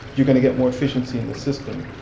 you're going to get more efficiency in the system.